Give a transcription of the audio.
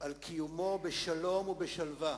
על קיומו בשלום ובשלווה